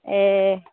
ए